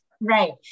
Right